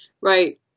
right